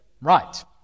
right